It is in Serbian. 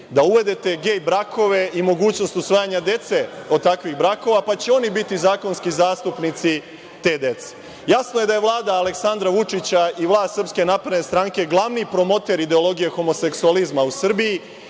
da uvodite gej brakove i mogućnost usvajanja dece od takvih brakova, pa će oni biti zakonski zastupnici te dece? Jasno je da je Vlada Aleksandra Vučića i vlast SNS glavni promoter ideologije homoseksualizma u Srbiji